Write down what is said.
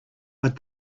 but